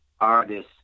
artists